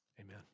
amen